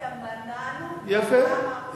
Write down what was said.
הקואליציה מנענו בפעם האחרונה הרבה דברים.